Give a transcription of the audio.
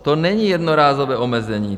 To není jednorázové omezení.